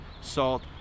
salt